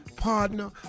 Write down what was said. partner